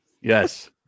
Yes